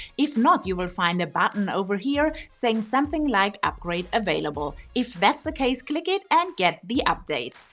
if not, you'll find a button over here saying something like upgrade available. if that's the case, click it and get the update.